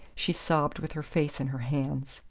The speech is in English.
she sobbed with her face in her hands.